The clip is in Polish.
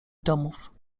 domów